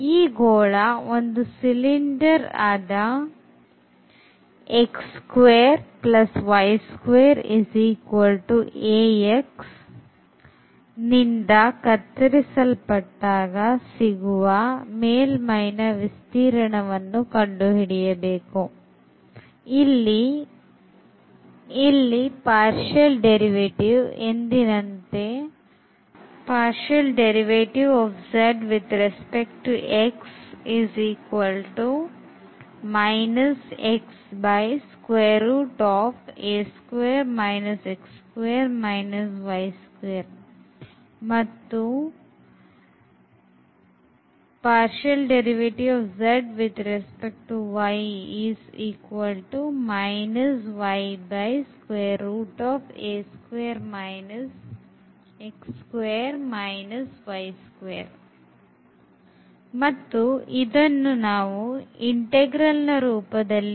ಈ ಗೋಳ ಒಂದು ಸಿಲಿಂಡರ್ ನಿಂದ ಕತ್ತರಿಸಲ್ಪಟ್ಟಾಗ ಸಿಗುವ ಮೇಲ್ಮೈನ ವಿಸ್ತೀರ್ಣವನ್ನು ಕಂಡು ಹಿಡಿಯಬೇಕು ಇಲ್ಲಿ